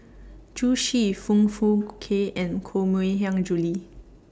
Zhu Xu Foong Fook Kay and Koh Hiang Julie